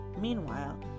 Meanwhile